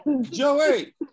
Joey